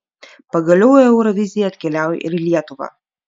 pagaliau eurovizija atkeliauja ir į lietuvą